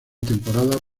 temporada